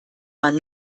man